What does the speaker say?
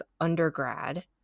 undergrad